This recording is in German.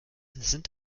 sind